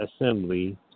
assembly